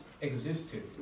existed